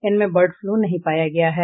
इनमें bird flu नहीं पाया गया है